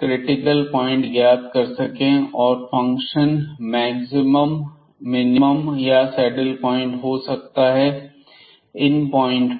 critical point ज्ञात कर सके और फंक्शन मैक्सिमम मिनिमम या सैडल पॉइंट हो सकता है इन पॉइंट पर